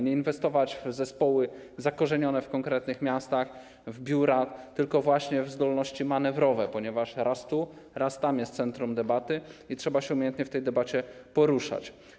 Nie inwestować w zespoły zakorzenione w konkretnych miastach, w biurach, tylko właśnie w zdolności manewrowe, ponieważ centrum debaty jest raz tu, raz tam i trzeba się umiejętnie w tej debacie poruszać.